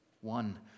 One